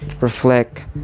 reflect